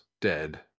dead